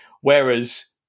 Whereas